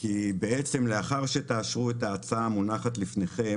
כי בעצם לאחר שתאשרו את ההצעה המונחת לפניכם,